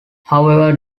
however